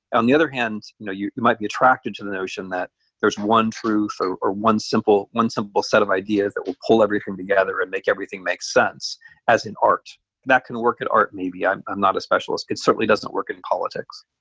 on the other hand you know you you might be attracted to the notion that there's one so or one simple one simple set of ideas that will pull everything together and make everything make sense as an art. and that can work in art-maybe, i'm i'm not a specialist-but it certainly doesn't work in politics.